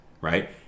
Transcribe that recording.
right